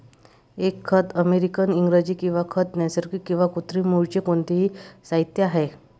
एक खत अमेरिकन इंग्रजी किंवा खत नैसर्गिक किंवा कृत्रिम मूळचे कोणतेही साहित्य आहे